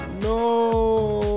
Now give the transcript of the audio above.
No